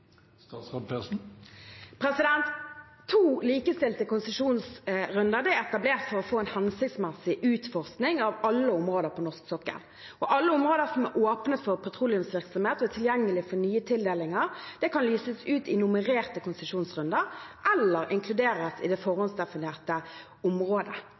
To likestilte konsesjonsrunder er etablert for å få en hensiktsmessig utforskning av alle områder på norsk sokkel. Alle områder som er åpne for petroleumsvirksomhet og tilgjengelige for nye tildelinger, kan lyses ut i nummererte konsesjonsrunder eller inkluderes i det forhåndsdefinerte området.